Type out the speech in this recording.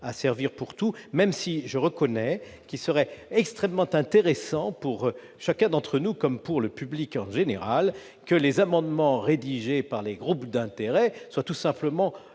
à servir à tout, même si, je le reconnais, il serait extrêmement intéressant pour chacun d'entre nous, comme pour le public en général, que l'origine des amendements rédigés par les groupes d'intérêts soit tout simplement